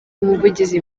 umuvugizi